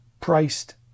Priced